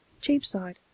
Cheapside